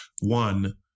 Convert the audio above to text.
one